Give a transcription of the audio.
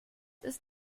ist